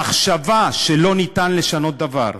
המחשבה שלא ניתן לשנות דבר,